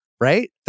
right